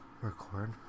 Record